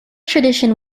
tradition